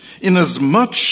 inasmuch